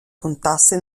contasse